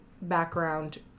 background